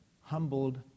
humbled